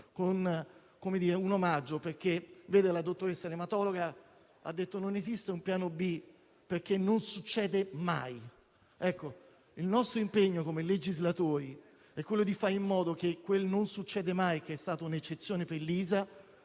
con un omaggio, perché l'ematologa ha detto che non esiste un piano B, perché non succede mai. Ecco, il nostro impegno come legislatori è quello di fare in modo che quel «non succede mai» che è stato un'eccezione per Lisa